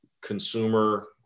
consumer